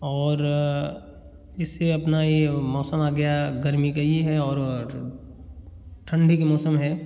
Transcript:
और इससे अपना यह मौसम आ गया गर्मी का यह है और और ठंडी का मौसम है